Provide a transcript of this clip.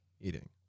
eating